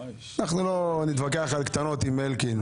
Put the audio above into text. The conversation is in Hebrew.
אנחנו לא נתווכח על קטנות עם אלקין.